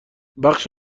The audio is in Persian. بخش